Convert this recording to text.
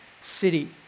City